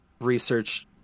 research